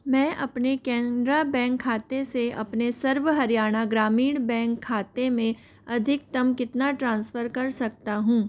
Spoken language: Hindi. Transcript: मैं अपने कैनरा बैंक खाते से अपने सर्व हरियाणा ग्रामीण बैंक खाते में अधिकतम कितना ट्रांसफ़र कर सकता हूँ